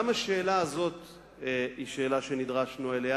גם השאלה הזאת היא שאלה שנדרשנו אליה,